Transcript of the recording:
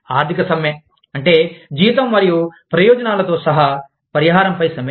ఆర్థిక సమ్మె అంటే జీతం మరియు ప్రయోజనాలతో సహా పరిహారంపై సమ్మె